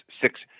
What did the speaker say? six